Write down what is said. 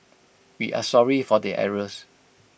we are sorry for the errors